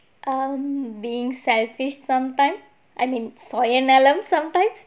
um being selfish sometime I mean சுயநலம்:suyanalam sometimes